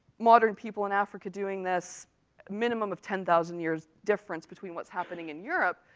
modern people in africa doing this minimum of ten thousand years' difference between what's happening in europe,